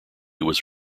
was